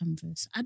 canvas